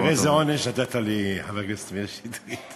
תראה איזה עונש נתת לי, חבר הכנסת מאיר שטרית.